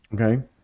Okay